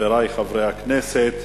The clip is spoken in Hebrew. חברי חברי הכנסת,